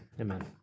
Amen